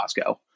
Costco